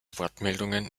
wortmeldungen